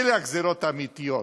אלה הגזירות האמיתיות.